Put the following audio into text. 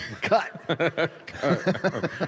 Cut